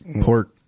Pork